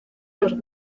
los